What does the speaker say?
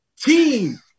team